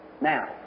now